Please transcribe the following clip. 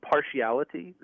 partiality